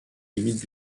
limites